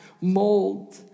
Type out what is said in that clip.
mold